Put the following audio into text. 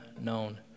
known